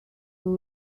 who